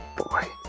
boy.